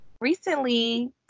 Recently